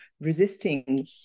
resisting